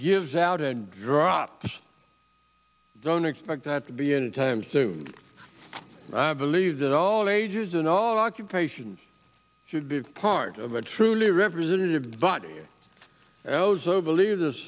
gives out and drop i don't expect that to be anytime soon i believe that all ages and all occupations should be part of a truly representative body else who believe th